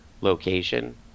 location